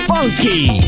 Funky